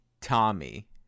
Tommy